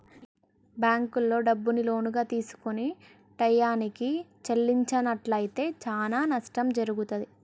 బ్యేంకుల్లో డబ్బుని లోనుగా తీసుకొని టైయ్యానికి చెల్లించనట్లయితే చానా నష్టం జరుగుతాది